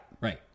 Right